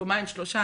יומיים-שלושה,